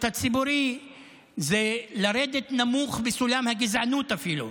הציבורי זה לרדת נמוך בסולם הגזענות אפילו.